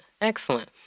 Excellent